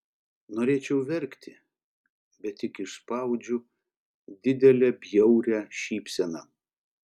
norėčiau verkti bet tik išspaudžiu didelę bjaurią šypseną